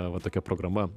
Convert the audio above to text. va tokia programa